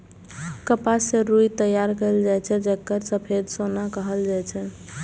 कपास सं रुई तैयार कैल जाए छै, जेकरा सफेद सोना कहल जाए छै